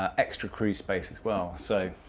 ah extra crew space as well, so